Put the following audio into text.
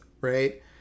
right